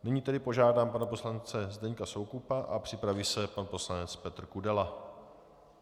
Nyní tedy požádám pana poslance Zdeňka Soukupa a připraví se pan poslanec Petr Kudela.